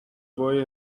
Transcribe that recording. boy